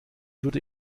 würde